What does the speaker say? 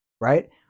right